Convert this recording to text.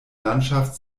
landschaft